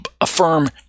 affirm